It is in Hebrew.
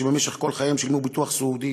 שבמשך כל חייהם שילמו ביטוח סיעודי